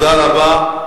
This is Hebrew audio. תודה רבה.